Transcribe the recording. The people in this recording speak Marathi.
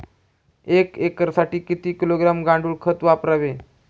एक एकरसाठी किती किलोग्रॅम गांडूळ खत वापरावे?